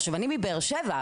אני מבאר שבע.